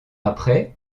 après